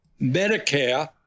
Medicare